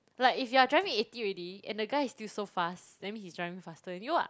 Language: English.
like if you're driving eighty already and the guy is still so fast that means he's driving faster than you lah